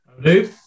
Hello